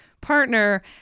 partner